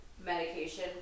medication